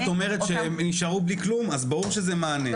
אם את אומרת שהם יישארו בלי כלום אז ברור שזה מענה,